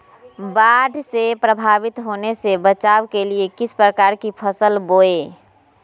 बाढ़ से प्रभावित होने से बचाव के लिए किस प्रकार की फसल बोए?